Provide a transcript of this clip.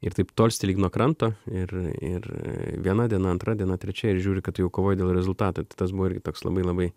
ir taip tolsti lyg nuo kranto ir ir viena diena antra diena trečia ir žiūri kad jau kovoji dėl rezultato tai tas buvo irgi toks labai labai